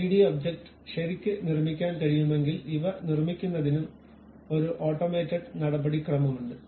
3 D object ശരിക്ക് നിർമ്മിക്കാൻ കഴിയുമെങ്കിൽ ഇവ നിർമ്മിക്കുന്നതിനും ഒരു ഓട്ടോമേറ്റഡ് നടപടിക്രമമുണ്ട്